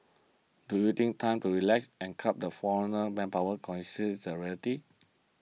do you think time to relax and curbs the foreigner manpower con see the realities